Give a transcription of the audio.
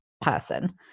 person